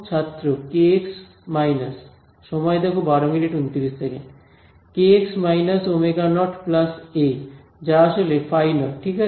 ছাত্র k x minus kx − ω0 a যা আসলে ফাই নট ঠিক আছে